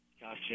Gotcha